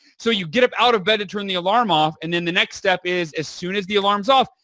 so, you get up out of bed and turn the alarm off and then the next step is as soon as the alarm is off,